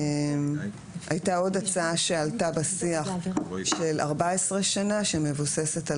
הייתה עוד הצעה שעלתה בשיח של 14 שנים שמבוססת על